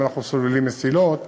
אנחנו גם סוללים מסילות,